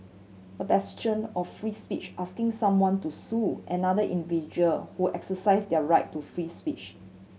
a bastion of free speech asking someone to sue another individual who exercised their right to free speech